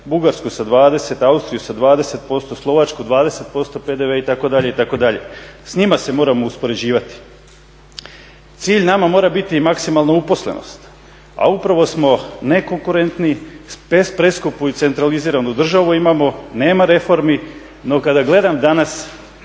Bugarsku sa 20%, Austriju sa 20%, Slovačku 20% PDV-a itd., itd. S njima se moramo uspoređivati. Cilj nama mora biti i maksimalna uposlenost, a upravo smo nekonkurentni, preskupu i centraliziranu državu imamo, nema reformi. No, kada gledam danas